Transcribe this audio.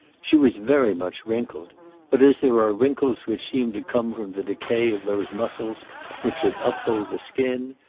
she was very much wrinkled but as there are wrinkles which seem to come from the decay of those muscles which should uphold the skin,